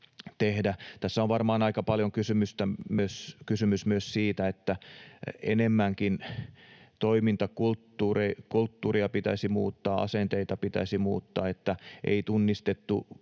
Tässä on varmaan aika paljon kysymys myös siitä, että enemmänkin toimintakulttuuria pitäisi muuttaa, asenteita pitäisi muuttaa. Ei tunnistettu